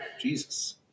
Jesus